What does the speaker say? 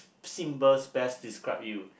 symbols best describe you